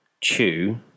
chew